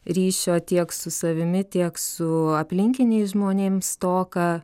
ryšio tiek su savimi tiek su aplinkiniais žmonėm stoką